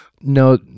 No